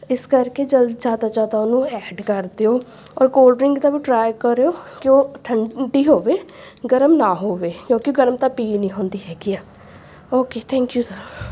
ਇਸ ਕਰਕੇ ਜਲ ਜ਼ਿਆਦਾ ਜ਼ਿਆਦਾ ਉਹਨੂੰ ਐਡ ਕਰ ਦਿਓ ਔਰ ਕੋਲਡ੍ਰਿੰਕ ਦਾ ਵੀ ਟਰਾਈ ਕਰਿਓ ਕਿ ਉਹ ਠੰਡੀ ਹੋਵੇ ਗਰਮ ਨਾ ਹੋਵੇ ਕਿਉਂਕਿ ਗਰਮ ਤਾਂ ਪੀ ਨਹੀਂ ਹੁੰਦੀ ਹੈਗੀ ਆ ਓਕੇ ਥੈਂਕਯੂ ਸਰ